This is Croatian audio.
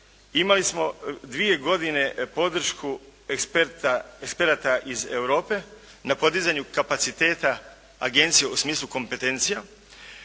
imali smo dvije godine podršku eksperata iz Europe, na podizanju kapaciteta agencije u smislu kompetencija.